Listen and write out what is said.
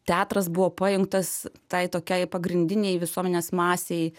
teatras buvo pajungtas tai tokiai pagrindinei visuomenės masei